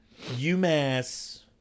UMass